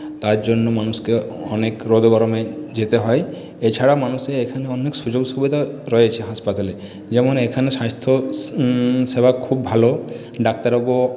তার জন্য মানুষকে অনেক রোদ গরমে যেতে হয় এছাড়াও মানুষের এখানে মানুষ অনেক সুযোগ সুবিধা রয়েছে হাসপাতালে যেমন এখানে সাস্থ্য সেবা খুব ভালো ডাক্তারবাবু